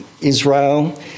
Israel